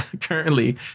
currently